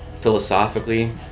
philosophically